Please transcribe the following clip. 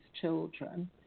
children